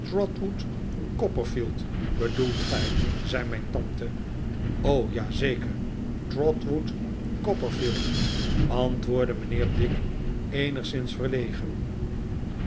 trotwood copperfield bedoelt gij zei mijn tante ja zeker trotwood copperfield antwoordde mijnheer dick eenigszins verlegen